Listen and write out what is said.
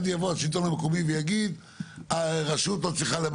יבוא השלטון המקומית ויגיד הרשות מצליחה.